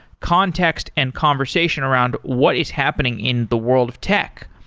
context and conversation around what is happening in the world of tech.